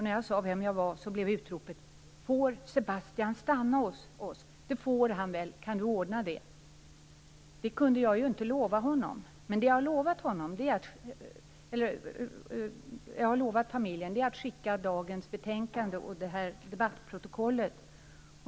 När jag sade vem jag var blev utropet: "Får Sebastian stanna hos oss? Det får han väl, kan du ordna det?" Det kunde jag ju inte lova honom. Men det jag lovade familjen var att skicka dagens betänkande och det här debattprotokollet.